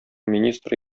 министры